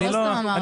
לא סתם אמרתי.